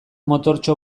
motortxo